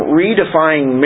redefining